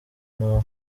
know